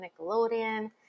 Nickelodeon